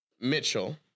Mitchell